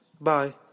Bye